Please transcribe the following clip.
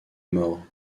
mort